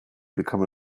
become